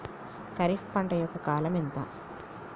ఖరీఫ్ పంట యొక్క కాలం ఎంత?